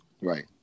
right